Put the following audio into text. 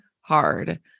hard